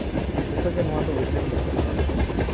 ᱡᱚᱛᱚᱜᱮ ᱱᱚᱣᱟᱫᱚ ᱩᱭᱦᱟᱹᱨ ᱞᱟᱹᱠᱛᱤ ᱠᱟᱱᱟ